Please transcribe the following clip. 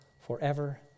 forever